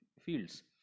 fields